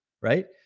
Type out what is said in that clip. right